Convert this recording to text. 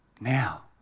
Now